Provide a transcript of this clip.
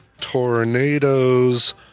tornadoes